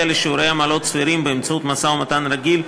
לשיעורי עמלות סבירים באמצעות משא-ומתן רגיל,